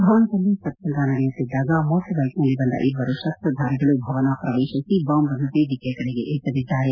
ಭವನದಲ್ಲಿ ಸತ್ಲಂಗ ನಡೆಯುತ್ತಿದ್ದಾಗ ಮೋಟಾರ್ ಬೈಕ್ನಲ್ಲಿ ಬಂದ ಇಬ್ಬರು ಶಸ್ತಧಾರಿಗಳು ಭವನ ಪ್ರವೇಶಿಸಿ ಬಾಂಬ್ನ್ನು ವೇದಿಕೆಯ ಕಡೆಗೆ ಎಸೆದಿದ್ದಾರೆ